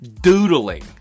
Doodling